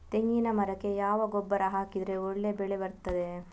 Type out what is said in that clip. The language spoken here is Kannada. ತೆಂಗಿನ ಮರಕ್ಕೆ ಯಾವ ಗೊಬ್ಬರ ಹಾಕಿದ್ರೆ ಒಳ್ಳೆ ಬೆಳೆ ಬರ್ತದೆ?